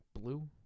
blue